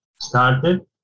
started